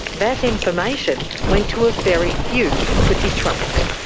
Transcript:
that information went to a very few who could be trusted,